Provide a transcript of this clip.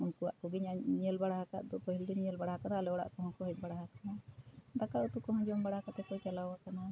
ᱩᱱᱠᱩᱣᱟᱜ ᱠᱚᱜᱮ ᱧᱮᱞ ᱵᱟᱲᱟ ᱟᱠᱟᱫ ᱫᱚ ᱯᱟᱹᱦᱤᱞ ᱫᱚᱧ ᱧᱮᱞ ᱵᱟᱲᱟ ᱠᱟᱫᱟ ᱟᱞᱮ ᱚᱲᱟᱜ ᱠᱚᱦᱚᱸ ᱠᱚ ᱦᱮᱡ ᱵᱟᱲᱟ ᱟᱠᱟᱱᱟ ᱫᱟᱠᱟ ᱩᱛᱩ ᱠᱚᱦᱚᱸ ᱡᱚᱢ ᱵᱟᱲᱟ ᱠᱟᱛᱮᱫ ᱠᱚ ᱪᱟᱞᱟᱣ ᱟᱠᱟᱱᱟ